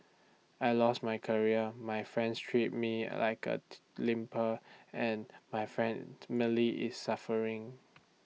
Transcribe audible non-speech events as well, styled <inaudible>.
I lost my career my friends treat me like A <unintelligible> leper <noise> and my <unintelligible> is suffering